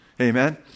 Amen